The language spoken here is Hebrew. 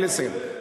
תן לי לסיים.